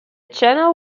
channel